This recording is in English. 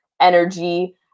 energy